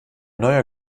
neuer